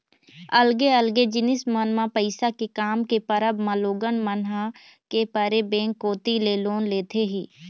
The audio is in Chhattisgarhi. अलगे अलगे जिनिस मन म पइसा के काम के परब म लोगन मन ह के परे बेंक कोती ले लोन लेथे ही